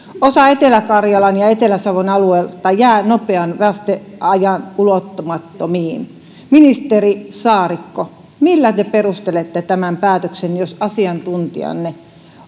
osa etelä karjalan ja etelä savon alueesta jää nopean vasteajan ulottumattomiin ministeri saarikko millä te perustelette tämän päätöksen jos asiantuntijanne